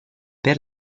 per